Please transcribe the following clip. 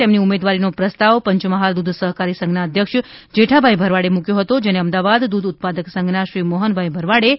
તેમની ઉમેદવારીનો પ્રસ્તાવ પંચમહાલ દૂધ સહકારી સંઘના અધ્યક્ષ શ્રી જેઠાભાઇ ભરવાડે મુક્યો હતો જેને અમદાવાદ દૂધ ઉત્પાદક સંઘના શ્રી મોહનભાઇ ભરવાડે ટેકો આપ્યો હતો